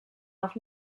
noch